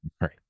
right